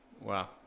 Wow